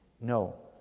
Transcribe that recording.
No